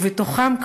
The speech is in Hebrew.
ובתוכם,